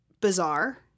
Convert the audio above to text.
bizarre